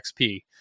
XP